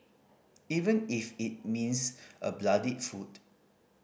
even if it means a bloodied foot